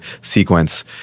sequence